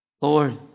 Lord